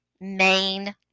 main